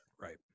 Right